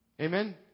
Amen